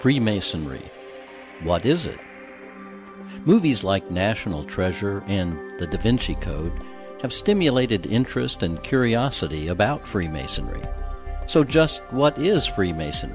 freemasonry what is it movies like national treasure cove have stimulated interest and curiosity about freemasonry so just what is freemason